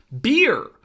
beer